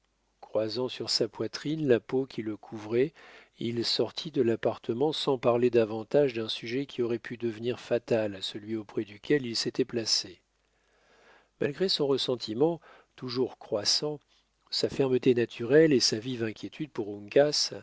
croisant sur sa poitrine la peau qui le couvrait il sortit de l'appartement sans parler davantage d'un sujet qui aurait pu devenir fatal à celui auprès duquel il s'était placé malgré son ressentiment toujours croissant sa fermeté naturelle et sa vive inquiétude pour